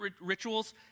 rituals